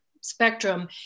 spectrum